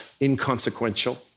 inconsequential